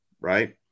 right